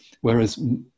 whereas